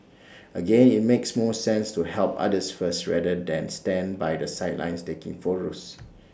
again IT makes more sense to help others first rather than stand by the sidelines taking photos